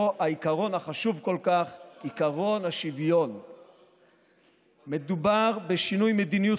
הופתעתי לשמוע אותך מדבר שמונה דקות על הנסיעות